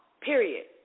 Period